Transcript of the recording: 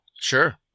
Sure